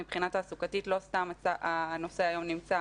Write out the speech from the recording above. מבחינה תעסוקתית לא סתם הנושא היום נמצא